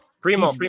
Primo